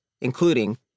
including